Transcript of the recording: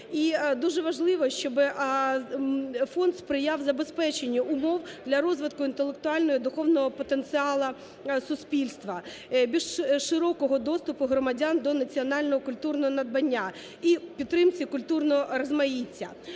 І дуже важливо, щоб фонд сприяв забезпеченню умов для розвитку інтелектуального і духовного потенціалу суспільства, більш широкого доступу громадян до національного культурного надбання і підтримці культурного розмаїття.